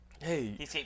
Hey